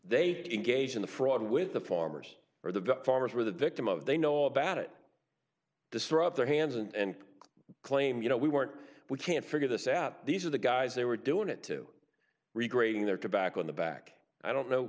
they engaged in the fraud with the farmers or the farmers were the victim of they know about it disrupt their hands and claim you know we weren't we can't figure this out these are the guys they were doing it to regrading their tobacco in the back i don't know